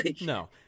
No